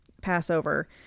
Passover